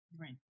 Right